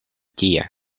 tie